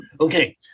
Okay